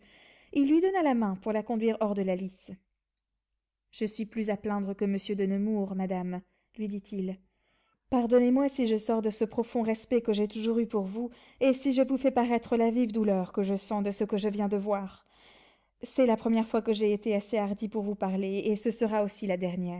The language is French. il lui donna la main pour la conduire hors de la lice je suis plus à plaindre que monsieur de nemours madame lui dit-il pardonnez-moi si je sors de ce profond respect que j'ai toujours eu pour vous et si je vous fais paraître la vive douleur que je sens de ce que je viens de voir c'est la première fois que j'ai été assez hardi pour vous parler et ce sera aussi la dernière